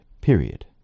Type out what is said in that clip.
period